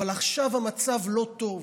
אבל עכשיו המצב לא טוב.